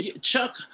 Chuck